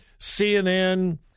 CNN